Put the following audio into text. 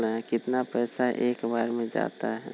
कितना पैसा एक बार में जाता है?